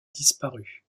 disparu